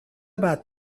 about